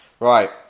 Right